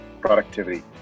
productivity